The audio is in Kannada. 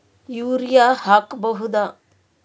ಯೂರಿಯ ಹಾಕ್ ಬಹುದ?